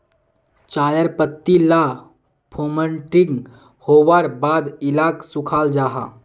चायर पत्ती ला फोर्मटिंग होवार बाद इलाक सुखाल जाहा